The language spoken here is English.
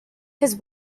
his